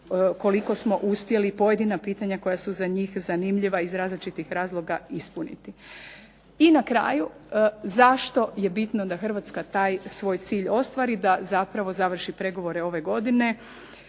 koliko smo uspjeli pojedina pitanja koja su za njih zanimljiva iz različitih razloga ispuniti. I na kraju, zašto je bitno da Hrvatska taj svoj cilj ostvari, da zapravo završi pregovore ove godine?